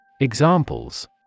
Examples